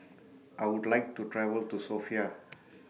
I Would like to travel to Sofia